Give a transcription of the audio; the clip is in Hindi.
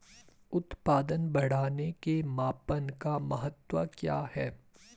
उत्पादन बढ़ाने के मापन का महत्व क्या है?